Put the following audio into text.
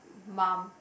mum